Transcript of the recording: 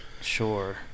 sure